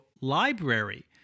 library